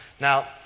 Now